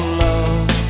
love